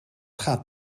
gaat